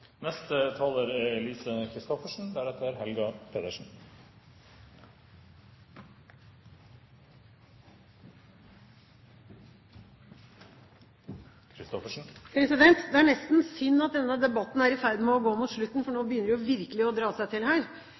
Det er nesten synd at denne debatten er i ferd med å gå mot slutten, for nå begynner det virkelig å dra seg til her!